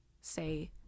say